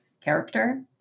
character